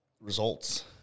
results